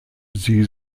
sie